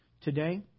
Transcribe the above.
Today